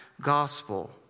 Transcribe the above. gospel